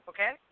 Okay